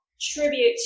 tribute